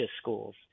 schools